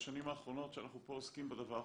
בשנים האחרונות שאנחנו פה עוסקים בדבר,